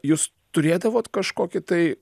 jūs turėdavot kažkokį tai